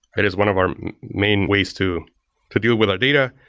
it is one of our main ways to to deal with our data.